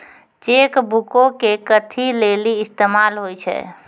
Cheque बुको के कथि लेली इस्तेमाल होय छै?